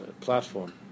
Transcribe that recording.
platform